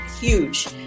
huge